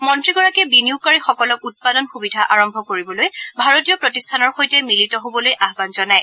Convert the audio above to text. মন্ত্ৰীগৰাকীয়ে বিনিয়োগকাৰীসকলক উৎপাদন সুবিধা আৰম্ভ কৰিবলৈ ভাৰতীয় প্ৰতিষ্ঠানৰ সৈতে মিলিত হ'বলৈ আহান জনায়